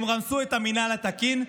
הם רמסו את המינהל התקין,